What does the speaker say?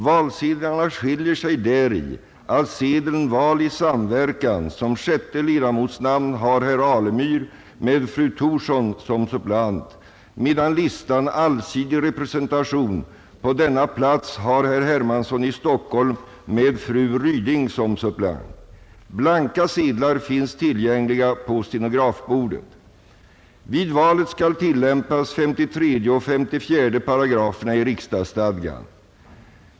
Valsedlarna skiljer sig däri att sedeln Val i samverkan som sjätte ledamotsnamn har herr Alemyr med fru Thorsson som suppleant medan listan Allsidig representation på denna plats har herr Hermansson i Stockholm med fru Ryding som suppleant. Vid valet skall tillämpas 53 och 54 §§ riksdagsstadgan.